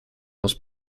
aus